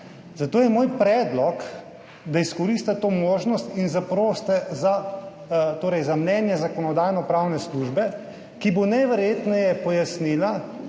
Zato je moj predlog, da izkoristite to možnost in zaprosite za mnenje Zakonodajno-pravne službe, ki bo najverjetneje pojasnila,